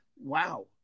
wow